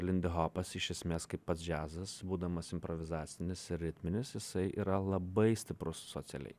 lindihopas iš esmės kaip pats džiazas būdamas improvizacinis ir ritminis jisai yra labai stiprus socialiai